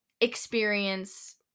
experience